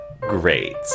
Great